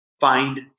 find